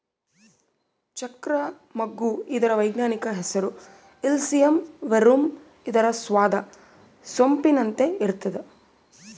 ಚಕ್ರ ಮಗ್ಗು ಇದರ ವೈಜ್ಞಾನಿಕ ಹೆಸರು ಇಲಿಸಿಯಂ ವೆರುಮ್ ಇದರ ಸ್ವಾದ ಸೊಂಪಿನಂತೆ ಇರ್ತಾದ